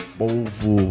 povo